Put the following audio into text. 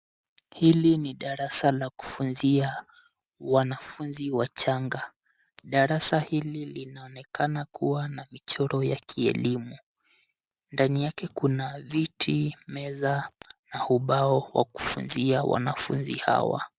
Hili ni darasa la kufunzia wanafunzi wachanga. Darasa hili linaonekana kuwa na vichoro ya kielimu. Ndani yake kuna viti meza na ubao wa kufunzia wanafunzi hawa.